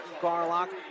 Garlock